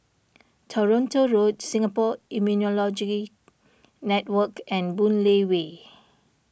Toronto Road Singapore Immunology Network and Boon Lay Way